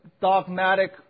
dogmatic